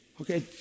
Okay